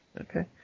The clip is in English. okay